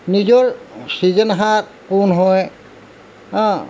নিজৰ সৃজনহাৰ কোন হয় হাঁ